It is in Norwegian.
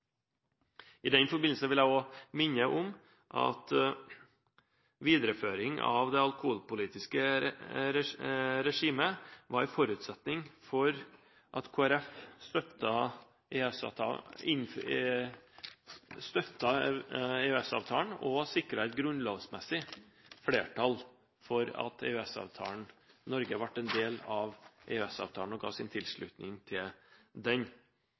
alkoholpolitiske regimet var en forutsetning for at Kristelig Folkeparti støttet EØS-avtalen og sikret et grunnlovsmessig flertall for at Norge ble en del av EØS-avtalen og ga sin tilslutning til den.